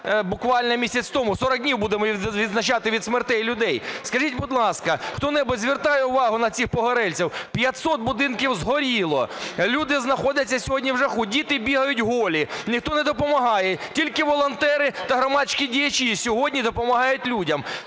буквально місяць тому, 40 днів будемо відзначати від смертей людей. Скажіть, будь ласка, хто-небудь звертає увагу на цих погорільців? 500 будинків згоріло, люди знаходяться сьогодні вже... діти бігають голі, ніхто не допомагає, тільки волонтери та громадські діячі сьогодні допомагають людям.